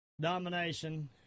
domination